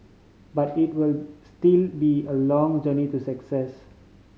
but it will still be a long journey to success